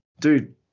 Dude